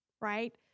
right